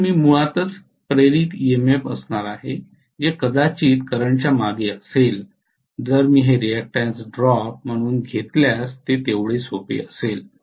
म्हणून मी मुळात इंड्यूज्ड ईएमएफ असणार आहे जे कदाचित करंटच्या मागे असेल जर मी हे रिअक्टन्स ड्रॉप म्हणून घेतल्यास तेवढे सोपे असेल